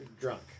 drunk